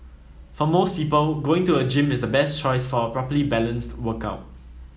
for most people going to a gym is the best choice for a properly balanced workout